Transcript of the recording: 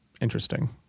interesting